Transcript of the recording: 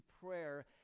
prayer